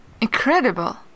Incredible